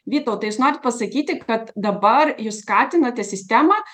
vytautai jūs norit pasakyti kad dabar jūs skatinate sistemą